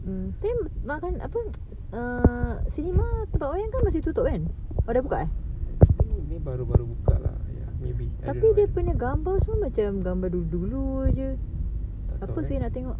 mm I think makan apa err cinema tempat wayang kan masih tutup kan oh dah buka eh tapi dia punya gambar semua macam gambar dulu-dulu jer siapa seh nak tengok